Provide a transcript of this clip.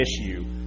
issue